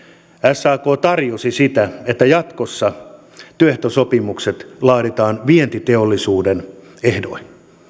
sak tarjosi sitä että jatkossa työehtosopimukset laaditaan vientiteollisuuden ehdoin